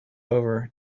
over